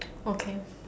okay